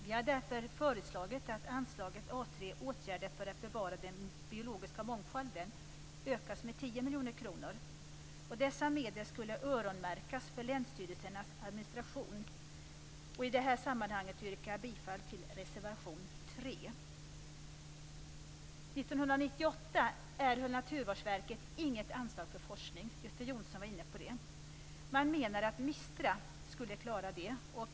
Vi har därför föreslagit att anslaget detta sammanhang yrkar jag bifall till reservation 3. År 1998 erhöll Naturvårdsverket inget anslag för forskning. Göte Jonsson var inne på det. Man menade att MISTRA skulle kunna klara det.